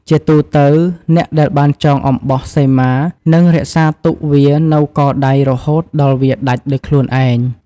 ជាទូទៅ អ្នកដែលបានចងអំបោះសីមានឹងរក្សាទុកវានៅកដៃរហូតដល់វាដាច់ដោយខ្លួនឯង។